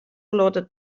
loaded